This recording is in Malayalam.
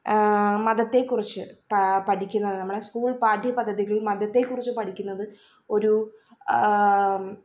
മതത്തെക്കുറിച്ച് പാ പഠിക്കുന്നത് നമ്മളെ സ്കൂൾ പാഠ്യ പദ്ധതികളിൽ മതത്തെക്കുറിച്ച് പഠിക്കുന്നത് ഒരു